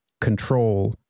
control